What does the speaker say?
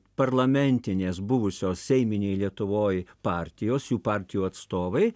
parlamentinės buvusios seiminėj lietuvoj partijos jų partijų atstovai